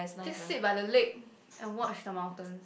just sit by the lake and watch the mountains